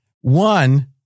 One